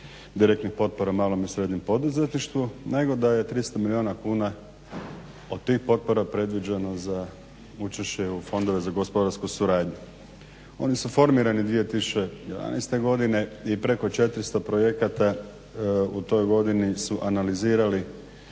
direktnih potpora malom i srednjem poduzetništvu nego da je 300 milijuna kuna od tih potpora predviđeno za učešće u fondove za gospodarsku suradnju. Oni su formirani 2011.godine i preko 400 projekata u toj godini su analizirali